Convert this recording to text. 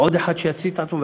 עוד אחד שיצית את עצמו?